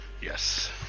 Yes